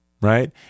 Right